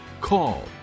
call